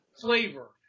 flavor